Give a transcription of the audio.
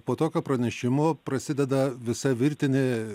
po tokio pranešimo prasideda visa virtinė